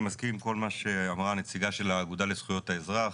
אני מסכים עם כל מה שאמרה הנציגה של האגודה לזכויות האזרח,